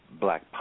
Black